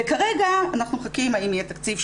וכרגע אנחנו מחכים לראות האם יהיה תקציב,